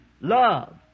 Love